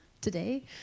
Today